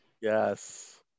Yes